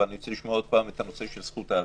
אבל אני רוצה לשמוע עוד פעם את הנושא של זכות ההפגנה.